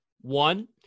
One